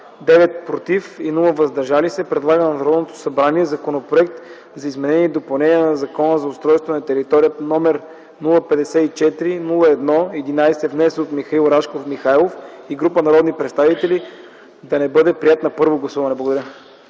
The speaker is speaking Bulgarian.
„против”, предлага на Народното събрание Законопроект за изменение и допълнение на Закона за устройство на територията, № 054-01-11, внесен от Михаил Рашков Михайлов и група народни представители, да не бъде приет на първо гласуване.” Благодаря.